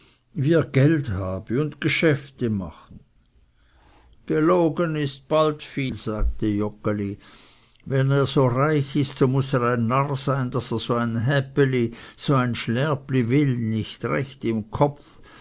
er geld habe und geschäfte mache gelogen ist bald viel sagte joggeli wenn er so reich ist so muß er ein narr sein daß er so ein häpeli so ein schlärpli will nicht recht im kopf